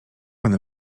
one